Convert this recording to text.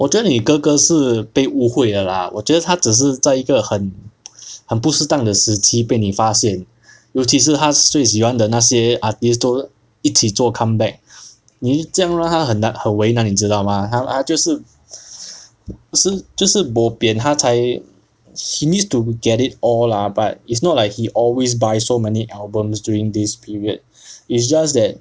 我觉得你哥哥是被误会 lah 我觉得他只是在一个很很不适当的时间被你发现尤其是他最喜欢的那些 artist 都一起做 comeback 你这样让他很难很为难你知道吗他就是是就是 bo pian 他才 he needs to get it all lah but it's not like he always buy so many albums during this period it's just that